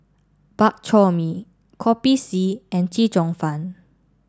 Bak Chor Mee Kopi C and Chee Cheong Fun